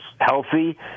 healthy